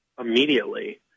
immediately